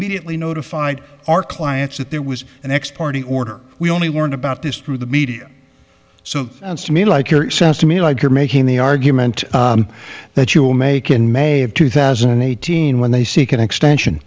immediately notified our clients that there was an x party order we only learned about this through the media so to me like your it sounds to me like you're making the argument that you'll make in may of two thousand and eighteen when they seek an extension